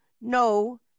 no